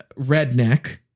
redneck